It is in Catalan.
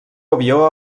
avió